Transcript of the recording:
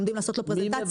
לומדים לעשות פרזנטציה,